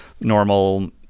normal